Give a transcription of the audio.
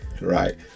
right